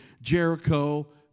Jericho